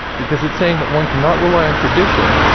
because it's saying that one cannot rely on tradition,